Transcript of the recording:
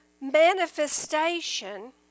manifestation